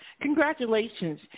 congratulations